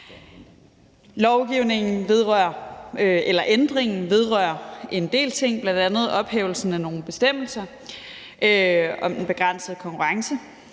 Lovændringen vedrører en del ting, bl.a. ophævelsen af nogle bestemmelser om den begrænsede konkurrence.